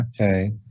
Okay